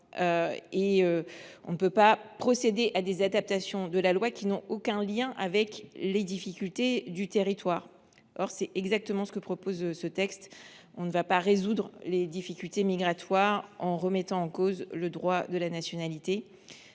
on ne peut pas procéder à des adaptations de la loi qui n’ont aucun lien avec les difficultés du territoire. Or c’est exactement ce qui est proposé dans ce texte. Nous n’allons pas résoudre les difficultés migratoires à Mayotte en remettant en cause le droit de la nationalité.